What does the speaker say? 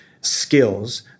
skills